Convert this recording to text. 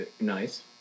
Nice